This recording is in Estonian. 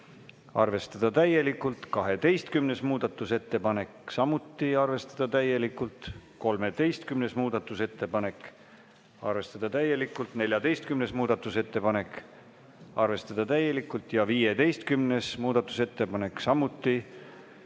arvestada täielikult. 12. muudatusettepanek, samuti arvestada täielikult. 13. muudatusettepanek, arvestada täielikult. 14. muudatusettepanek, arvestada täielikult. Ja 15. muudatusettepanek samuti, juhtivkomisjoni